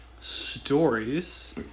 Stories